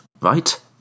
right